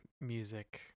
music